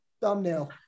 Thumbnail